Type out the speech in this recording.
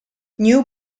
new